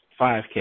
5K